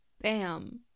bam